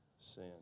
sin